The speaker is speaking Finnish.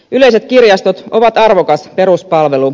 yleiset kirjastot ovat arvokas peruspalvelu